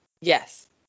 Yes